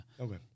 Okay